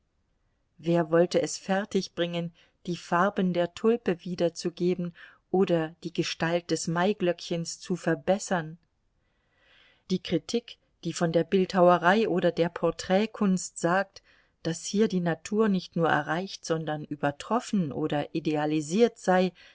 wer wollte es fertigbringen die farben der tulpe wiederzugeben oder die gestalt des maiglöckchens zu verbessern die kritik die von der bildhauerei oder der porträtkunst sagt daß hier die natur nicht nur erreicht sondern übertroffen oder idealisiert sei